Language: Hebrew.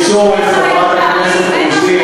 יש צורך, חברת הכנסת רוזין,